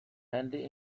handy